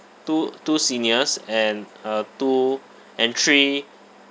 two two seniors and uh two and three